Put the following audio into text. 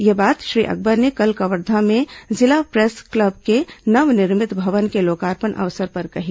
यह बात श्री अकबर ने कल कवर्धा में जिला प्रेस क्लब के नवनिर्मित भवन के लोकार्पण अवसर पर कही